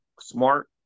smart